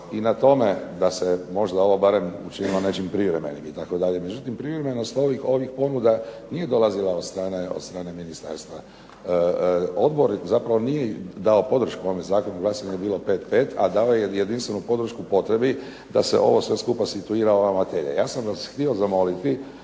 i na tome da se možda ovo barem učinilo nečim privremenim itd. međutim ... ovih ponuda nije dolazila od strane ministarstva. Odbor zapravo nije dalo podršku ovom zakonu, glasanje je bilo pet, pet, a dao je jedinstvenu podršku potrebi da se ovo sve skupa situira ova materija. Ja sam vas htio zamoliti